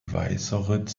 weißeritz